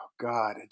God